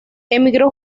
emigró